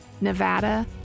Nevada